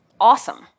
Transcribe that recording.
Awesome